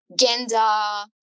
genda